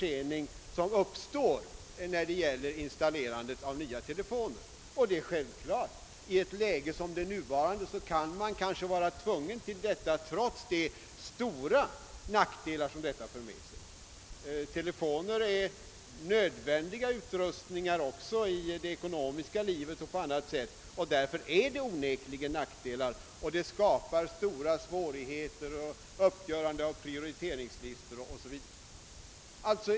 Det råder sålunda en kraftig försening vid installation av nya telefoner, en försening som man givetvis i nuvarande läge kan vara tvungen att acceptera trots de stora nackdelar den medför. Telefoner är ju en nödvändig utrustning också inom näringslivet, och därför skapar en dylik försening stora svårigheter och gör det nödvändigt att upprätta prioriteringslistor etc.